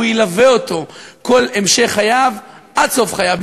הוא ילווה אותו כל המשך חייו עד סוף חייו,